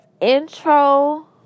intro